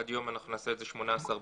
עד יום אנחנו נעשה את זה 18 במרץ.